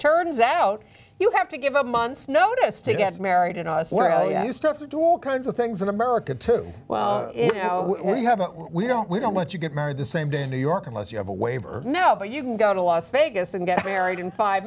turns out you have to give a month's notice to get married in us well you start to do all kinds of things in america to well you know we haven't we don't we don't let you get married the same day in new york unless you have a waiver no way you can go to las vegas and get married in five